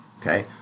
okay